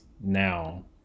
now